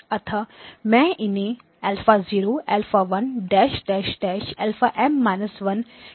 अतः हम इन्हें α 0 α 1 α M−1 कह सकते हैं